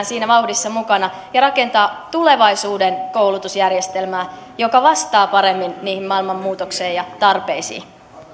siinä vauhdissa mukana ja rakentaa tulevaisuuden koulutusjärjestelmää joka vastaa paremmin niihin maailman muutoksiin ja tarpeisiin